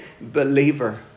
believer